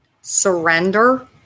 surrender